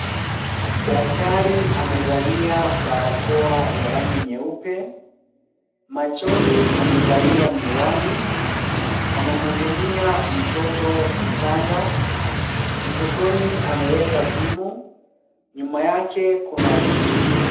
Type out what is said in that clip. Daktari amevalia barakoa ya rangi nyeupe, machoni amevalia miwani. Anamhudumia mtoto mchanga. Mfukoni ameweka simu, nyuma yake kuna kiti.